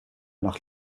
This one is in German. nach